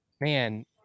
man